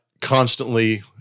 constantly